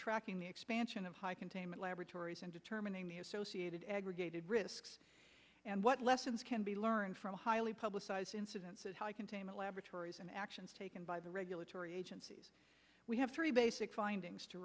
tracking the expansion of high containment laboratories and determining the associated aggregated risks and what lessons can be learned from a highly publicized incidents of high containment laboratories and actions taken by the regulatory agencies we have three basic findings to